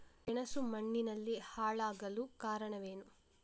ಗೆಣಸು ಮಣ್ಣಿನಲ್ಲಿ ಹಾಳಾಗಲು ಕಾರಣವೇನು?